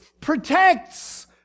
protects